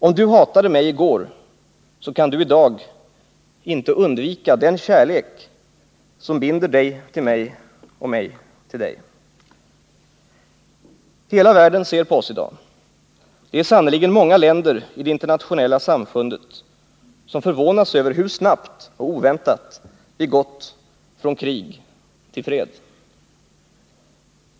Om du hatade mig i går så kan du i dag inte undvika den kärlek som binder dig till mig och mig till dig ——-- Hela världen ser på oss i dag. Det är sannerligen många länder i det internationella samfundet som förvånas över hur snabbt och oväntat vi gått från krig till fred.